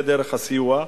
זה דרך הסיוע,